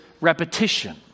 repetition